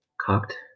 Cocked